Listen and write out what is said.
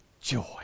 joy